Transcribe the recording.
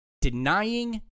denying